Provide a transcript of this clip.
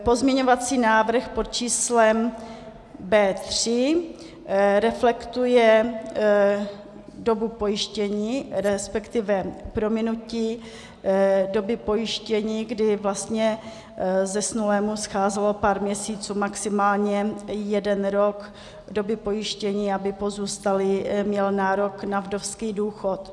Pozměňovací návrh pod číslem B3 reflektuje dobu pojištění, resp. prominutí doby pojištění, kdy vlastně zesnulému scházelo pár měsíců, maximálně jeden rok, doby pojištění, aby pozůstalý měl nárok na vdovský důchod.